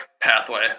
pathway